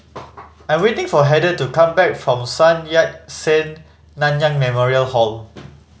I'm waiting for Heather to come back from Sun Yat Sen Nanyang Memorial Hall